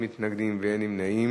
לדיון מוקדם בוועדת החוקה,